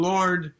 Lord